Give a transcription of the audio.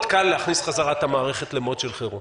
קל להכניס בחזרה את המערכת למצב של חירום,